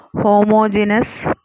homogeneous